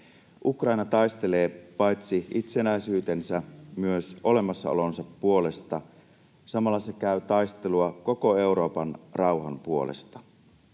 Ukraina taistelee paitsi itsenäisyytensä myös olemassaolonsa puolesta. Samalla se käy taistelua koko Euroopan rauhan puolesta.